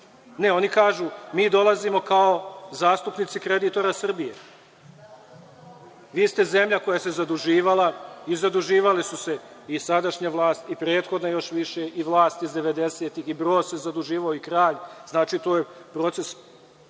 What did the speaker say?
Ne, oni kažu – mi dolazimo kao zastupnici kreditora Srbije, vi ste zemlja koja se zaduživala, a zaduživale su se i sadašnja vlast i prethodna još više, i vlast iz 90-ih, i Broz se zaduživao, i kralj, znači, to je proces,